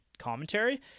Commentary